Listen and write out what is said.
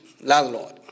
landlord